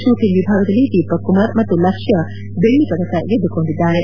shooting ವಿಭಾಗದಲ್ಲಿ ದೀಪಕ್ ಕುಮಾರ್ ಮತ್ತು ಲಕ್ಷ್ವ ಬೆಳ್ಳಿ ಪದಕ ಗೆದ್ದುಕೊಂಡಿದ್ದಾರೆ